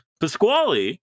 Pasquale